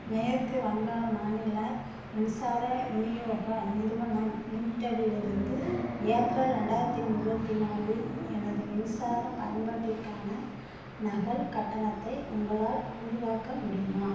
மேற்கு வங்க மாநில மின்சார விநியோக நிறுவனம் லிமிட்டெடிலிருந்து ஏப்ரல் ரெண்டாயிரத்தி இருபத்தி நாலில் எனது மின்சாரப் பயன்பாட்டிற்கான நகல் கட்டணத்தை உங்களால் உருவாக்க முடியுமா